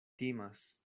timas